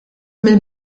mill